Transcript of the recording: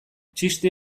txiste